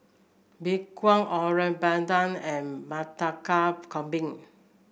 Mee Kuah Rojak Bandung and Murtabak Kambing